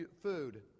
food